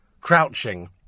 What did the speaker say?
Crouching